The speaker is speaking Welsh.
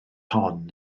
hon